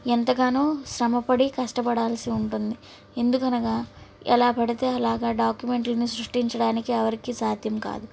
ఎంతగానో శ్రమపడి కష్టపడాల్సి ఉంటుంది ఎందుకనగా ఎలా పడితే అలాగా డాక్యుమెంట్లని సృష్టించడానికి ఎవరికి సాధ్యం కాదు